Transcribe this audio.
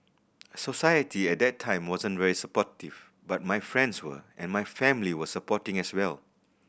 society at that time wasn't very supportive but my friends were and my family were supporting as well